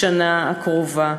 בשנה הקרובה.